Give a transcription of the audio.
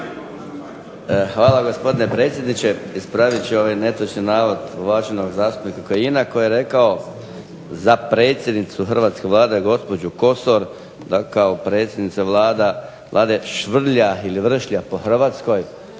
Hvala gospodine predsjedniče. Ispravit ću netočan navod uvaženog zastupnika Kajina koji je rekao za predsjednicu Vlade gospođu Kosor da kao predsjednica Vlade švrlja ili vršlja po Hrvatskoj.